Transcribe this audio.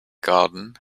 garden